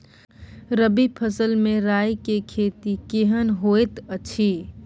रबी फसल मे राई के खेती केहन होयत अछि?